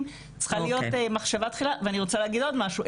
צריכה להיות במחשבה תחילה ואני רוצה להגיד עוד משהו.